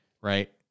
right